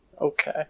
Okay